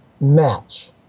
match